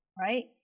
right